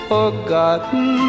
Forgotten